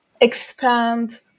expand